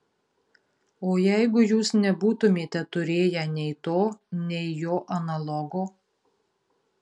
o jeigu jūs nebūtumėte turėję nei to nei jo analogo